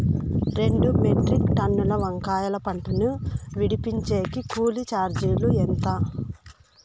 రెండు మెట్రిక్ టన్నుల వంకాయల పంట ను విడిపించేకి కూలీ చార్జీలు ఎంత?